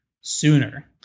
sooner